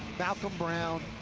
malcom brown,